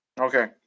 Okay